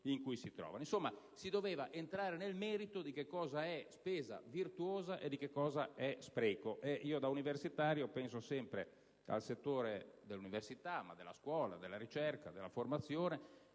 in cui si trovano.